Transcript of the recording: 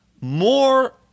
more